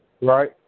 right